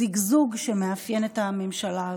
זיגזוג שמאפיין את הממשלה הזאת.